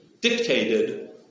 dictated